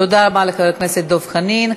תודה רבה לחבר הכנסת דב חנין.